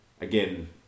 Again